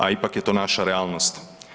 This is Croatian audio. A ipak je to naša realnost.